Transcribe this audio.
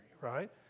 right